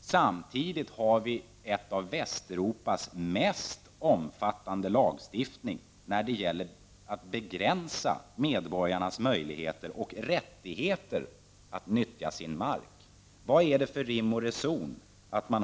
samtidigt har vi en av Västeuropas mest omfattande lagstiftningar när det gäller att begränsa medborgarnas möjligheter och rättigheter att nyttja sin mark. Vad är det för rim och reson i det?